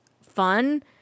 fun